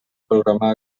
programar